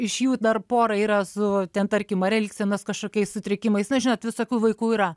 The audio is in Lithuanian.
iš jų dar pora yra su ten tarkim ar elgsenos kažkokiais sutrikimais na žinot visokių vaikų yra